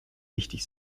wichtig